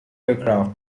aircraft